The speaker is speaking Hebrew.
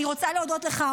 אני רוצה להודות לך,